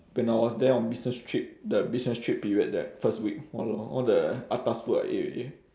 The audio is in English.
when I was there on business trip the business trip period that first week !walao! all the atas food I ate already